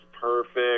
perfect